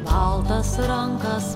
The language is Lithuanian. baltas rankas